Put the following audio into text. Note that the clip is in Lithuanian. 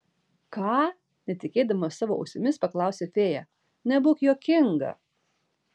ką netikėdama savo ausimis paklausė fėja nebūk juokinga